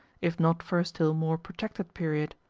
if not for a still more protracted period.